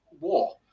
war